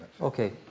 Okay